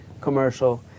commercial